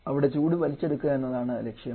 അവിടെ ചൂട് വലിച്ചെടുക്കുക എന്നതാണ് ലക്ഷ്യം